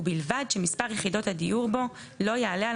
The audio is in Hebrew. ובלבד שמספר יחידות הדיור בו לא יעלה על